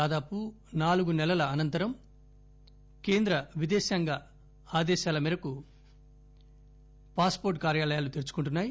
దాదాపు నాలుగు నెలల అనంతరం కేంద్ర విదేశాంగ శాఖ ఆదేశాల మేరకుపాస్ పోర్టు కార్యాలయాలు తెరుచుకుంటున్నాయి